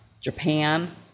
Japan